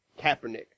Kaepernick